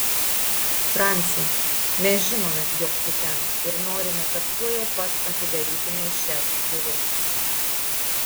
franci mes žinome jog tu ten ir norime kad tuojau pat atidarytumei šias duris